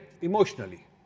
emotionally